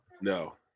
No